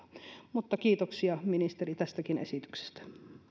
mutta kiitoksia ministeri tästäkin esityksestä